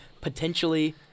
potentially